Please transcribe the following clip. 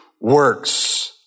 works